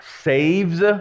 saves